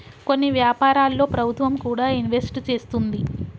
కొన్ని వ్యాపారాల్లో ప్రభుత్వం కూడా ఇన్వెస్ట్ చేస్తుంది